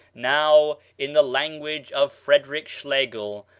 now, in the language of frederick schlegel,